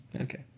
Okay